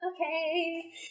Okay